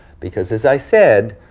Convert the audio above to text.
because, as i said,